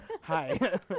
Hi